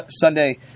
Sunday